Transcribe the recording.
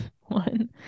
one